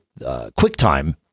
quicktime